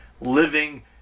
living